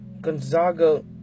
Gonzaga